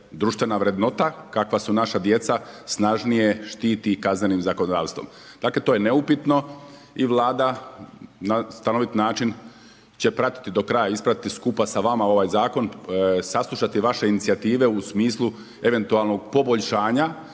društvena vrednota, kakva su naša djeca, snažnije štiti kaznenim zakonodavstvom. Dakle to je neupitno i Vlada na stanovit način će pratiti do kraja ispratiti skupa sa vama ovaj zakon, saslušati vaše inicijative u smislu eventualnog poboljšanja